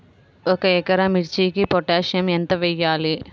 ఒక ఎకరా మిర్చీకి పొటాషియం ఎంత వెయ్యాలి?